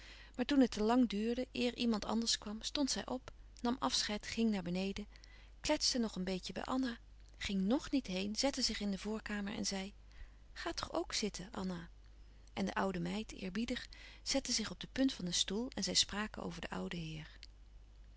maar toen het te lang duurde eer iemand anders kwam stond zij op nam afscheid ging naar beneden kletste nog een beetje bij anna ging nog niet heen zette zich in de voorkamer en zei ga toch ook zitten anna en de oude meid eerbiedig zette zich op de punt van een stoel en zij spraken over den ouden heer